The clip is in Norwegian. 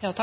En av